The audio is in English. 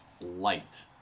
Light